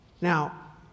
now